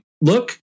look